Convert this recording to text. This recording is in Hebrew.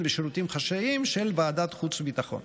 ושירותים חשאיים של ועדת החוץ והביטחון.